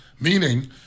Meaning